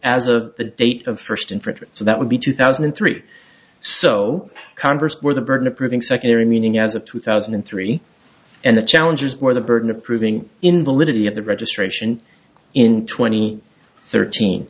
of the date of first infringement so that would be two thousand and three so converse for the burden of proving secondary meaning as of two thousand and three and the challenges where the burden of proving invalidity of the registration in twenty thirteen